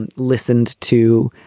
and listened to.